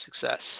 success